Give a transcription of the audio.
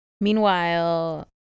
Meanwhile